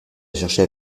chercher